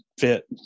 fit